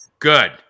Good